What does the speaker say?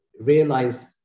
realize